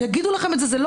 יגידו לכם את זה.